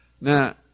Now